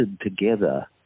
together